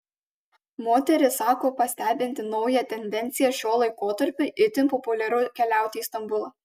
moteris sako pastebinti naują tendenciją šiuo laikotarpiui itin populiaru keliauti į stambulą